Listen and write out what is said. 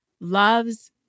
loves